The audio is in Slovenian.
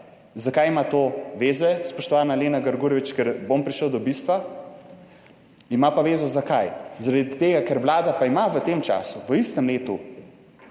Zakaj ima to veze, spoštovana Lena Grgurevič, ker bom prišel do bistva, ima pa vezo. Zakaj? Zaradi tega, ker Vlada pa ima v tem času, v istem letu